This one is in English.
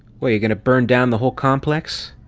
what're you gonna burn down the whole complex?